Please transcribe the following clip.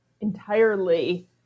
entirely